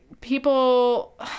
People